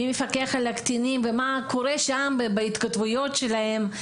מי מפקח על הקטינים ומה קורה בהתכתבויות שלהם?